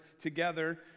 together